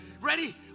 ready